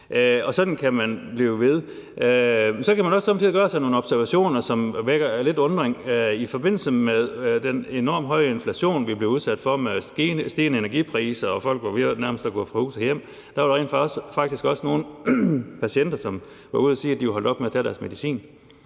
Sådan kan man blive ved. Så kan man også somme tider gøre sig nogle observationer, som vækker lidt undren. I forbindelse med den enormt høje inflation, vi blev udsat for med stigende energipriser, og folk var ved nærmest at gå fra hus og hjem, var der rent faktisk også nogle patienter, som var ude at sige, at de var holdt op med at tage deres medicin.